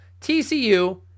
tcu